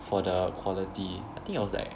for the quality I think it was like